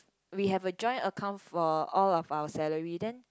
we have a joint account for all of our salary then